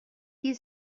qui